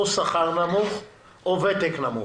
או שכר נמוך או ותק נמוך.